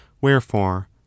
Wherefore